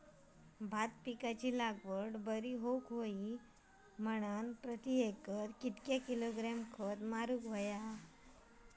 भात पिकाची लागवड बरी होऊक होई म्हणान प्रति एकर किती किलोग्रॅम खत मारुक होया?